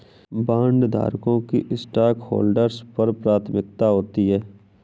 बॉन्डधारकों की स्टॉकहोल्डर्स पर प्राथमिकता होती है